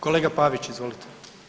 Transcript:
Kolega Pavić izvolite.